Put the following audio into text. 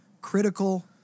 critical